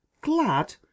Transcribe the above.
glad